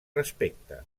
respecte